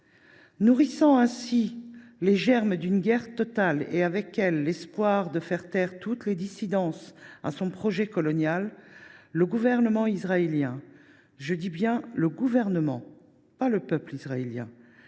Nourrissant ainsi les germes d’une guerre totale et, avec elle, l’espoir de faire taire toutes les dissidences à son projet colonial, le gouvernement israélien – je dis bien le gouvernement, et non pas le peuple israélien